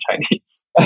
Chinese